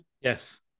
Yes